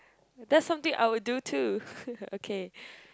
that's something I would do too okay